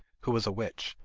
who was a witch,